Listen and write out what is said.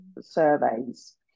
surveys